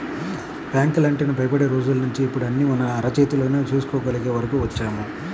బ్యాంకులంటేనే భయపడే రోజుల్నించి ఇప్పుడు అన్నీ మన అరచేతిలోనే చేసుకోగలిగే వరకు వచ్చాం